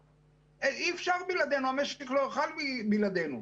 אי-אפשר בלעדינו, המשק לא יוכל בלעדינו.